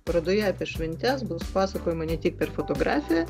parodoje apie šventes bus pasakojama ne tik per fotografiją